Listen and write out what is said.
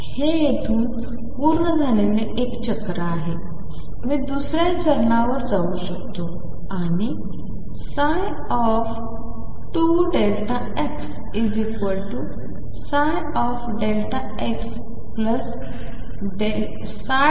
हे येथून पूर्ण झालेले एक चक्र आहे मी दुसऱ्या चरणावर जाऊ शकतो आणि 2ΔxψΔxΔxΔx